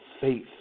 faith